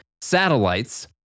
satellites